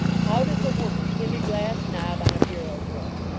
how does a woman pin a glass knob on a bureau drawer?